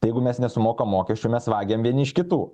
jeigu mes nesumokam mokesčių mes vagiam vieni iš kitų